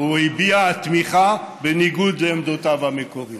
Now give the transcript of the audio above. הביע תמיכה בניגוד לעמדותיו המקוריות.